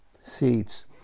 Seeds